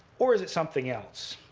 or is it something else?